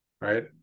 Right